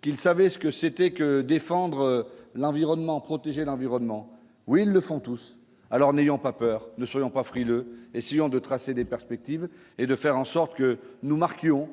qu'il savait ce que c'était que défendre l'environnement, protéger l'environnement, oui, ils le font tous, alors, n'ayons pas peur, ne soyons pas frileux et si on de tracer des perspectives et de faire en sorte que nous marquions